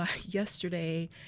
yesterday